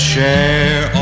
share